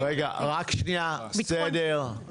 אני